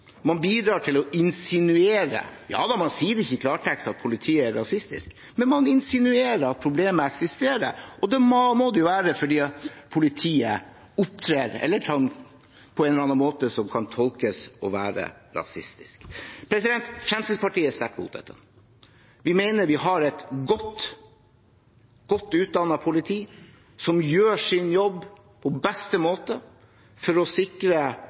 Man sier ikke i klartekst at politiet er rasistisk, men man insinuerer at problemet eksisterer – og da må det jo være fordi politiet opptrer på en eller annen måte som kan tolkes å være rasistisk. Fremskrittspartiet er sterkt imot dette. Vi mener at vi har et godt utdannet politi som gjør sin jobb på beste måte for å sikre